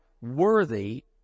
worthy